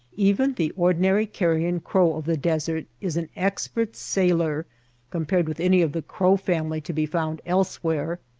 even the or dinary carrion crow of the desert is an expert sailer compared with any of the crow family to be found elsewhere.